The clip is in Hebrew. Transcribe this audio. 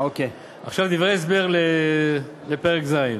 דברי ההסבר לפרק ז'.